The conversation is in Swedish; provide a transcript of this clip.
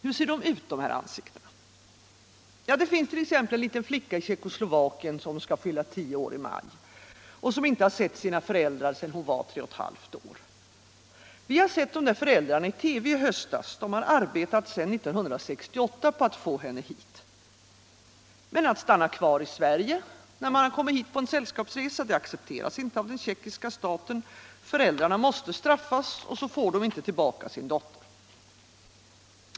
Hur ser de ut, dessa ansikten? Det finns t.ex. en liten flicka i Tjeckoslovakien som skall fylla tio år i maj och som inte har sett sina föräldrar sedan hon var tre och ett halvt år. Vi har sett de där föräldrarna i TV i höstas; de har arbetat sedan 1968 på att få henne hit. Men att stanna kvar i Sverige, när man har kommit hit på en sällskapsresa, accepteras inte av den tjeckiska staten; föräldrarna måste straffas, och så får de inte tillbaka sin dotter.